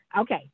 okay